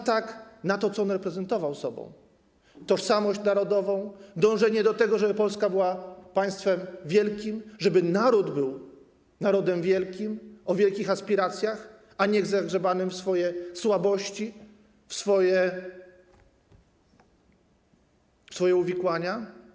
Atak na to, co on reprezentował sobą: tożsamość narodową, dążenie do tego, żeby Polska była państwem wielkim, żeby naród był narodem wielkim, o wielkich aspiracjach, a nie zagrzebanym w swoje słabości, w swoje uwikłania.